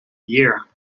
year